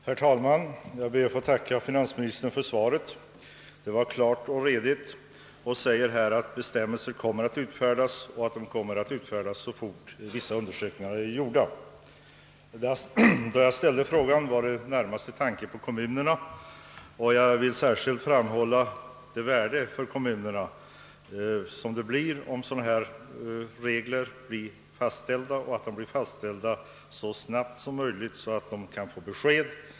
Herr talman! Jag ber att få tacka finansministern för svaret. Det är klart och tydligt och säger att bestämmelser kommer att utfärdas så fort vissa undersökningar är gjorda. Jag ställde frågan närmast med tanke på kommunerna. Särskilt vill jag framhålla hur värdefullt det är för kommunerna om dylika regler fastställs så snabbt som möjligt, så att de kan få besked.